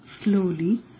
Slowly